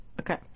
Okay